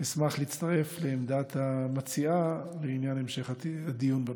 אשמח להצטרף לעמדת המציעה בעניין המשך הדיון בנושא.